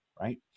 right